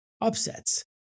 upsets